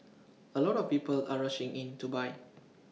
A lot of people are rushing in to buy